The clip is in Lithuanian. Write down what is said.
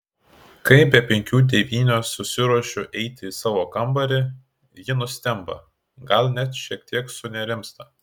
kai be penkių devynios susiruošiu eiti į savo kambarį ji nustemba gal net šiek tiek sunerimsta